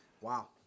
Wow